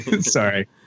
sorry